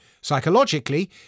Psychologically